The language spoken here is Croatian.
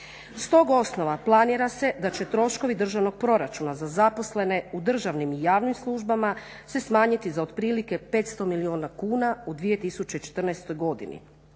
Stog osnova planira se da će troškovi državnog proračuna za zaposlene u državnim i javnim službama se smanjiti za otprilike 500 milijuna kuna u 2014.godini.